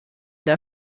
der